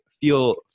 feel